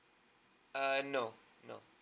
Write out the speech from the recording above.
err no no